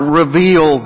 reveal